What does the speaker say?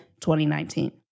2019